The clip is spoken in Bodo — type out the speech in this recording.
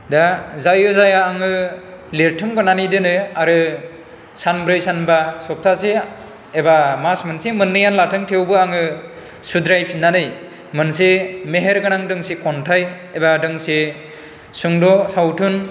दा जायो जाया आङो लिरथुम गोरनानै दोनो आरो सानब्रै सानबा सप्तासे एबा माच मोनसे मोननैयानो लाथों थेवबो आङो सुद्राय फिन्नानै मोनसे मेहेर गोनां दोंसे खन्थाइ एबा दोंसे सुंद' सावथुन